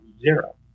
Zero